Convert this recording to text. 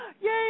Yay